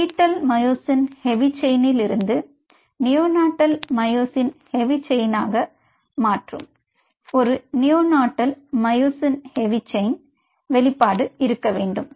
beetle myosin heavy செயினிலிருந்து neonatal myosin heavy செயினாக மாற்றும் ஒரு neonatal myosin heavy chain வெளிப்பாடு இருக்க வேண்டும்